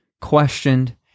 questioned